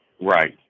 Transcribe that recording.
Right